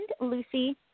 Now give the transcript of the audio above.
Lucy